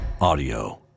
audio